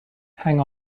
hang